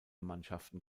mannschaften